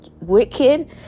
wicked